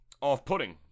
off-putting